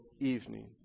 evening